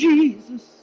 Jesus